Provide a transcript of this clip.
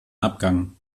abgang